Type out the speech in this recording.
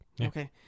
Okay